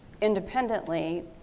independently